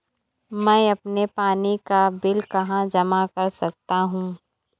मैं अपने पानी का बिल कहाँ जमा कर सकता हूँ?